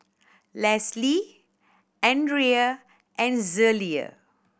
Leslee Andrae and Zelia